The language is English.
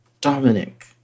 Dominic